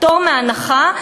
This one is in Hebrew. פטור מחובת הנחה,